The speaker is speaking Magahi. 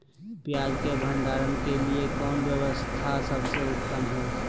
पियाज़ के भंडारण के लिए कौन व्यवस्था सबसे उत्तम है?